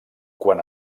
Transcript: quant